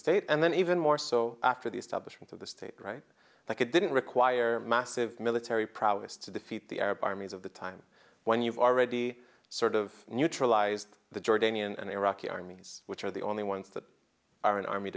state and then even more so after the establishment of the state right like it didn't require massive military prowess to defeat the arab armies of the time when you've already sort of neutralized the jordanian and iraqi army's which are the only ones that are an army